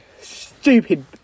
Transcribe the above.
Stupid